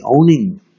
owning